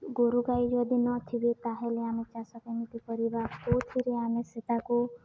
ଗୋରୁ ଗାଈ ଯଦି ନଥିବେ ତାହେଲେ ଆମେ ଚାଷ କେମିତି କରିବା କୋଉଥିରେ ଆମେ ସେ ତାକୁ